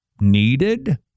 needed